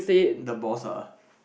the boss ah